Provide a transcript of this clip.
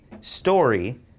story